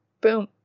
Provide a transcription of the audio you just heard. Boom